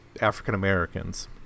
African-Americans